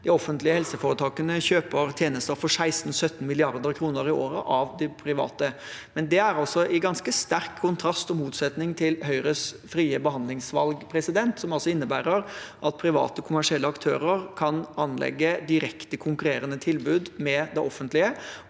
De offentlige helseforetakene kjøper tjenester av de private for 16–17 mrd. kr i året. Men det står i ganske sterk kontrast og motsetning til Høyres frie behandlingsvalg, som innebærer at private kommersielle aktører kan anlegge direkte konkurrerende tilbud til det offentlige